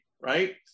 right